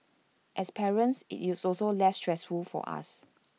as parents IT is also less stressful for us